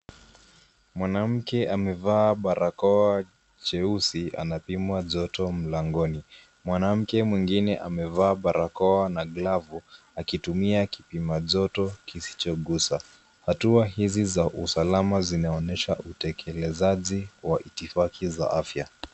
Mwanamke amevaa barakoa cheusi anapimwa joto mlangoni. Mwanamke mwingine, aliyevaa barakoa na glovu, anatumia kipimajoto kisichogusa. Hatua hizi za usalama zinaonyesha utekelezaji wa itifaki za afya.